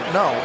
no